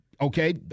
Okay